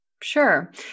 Sure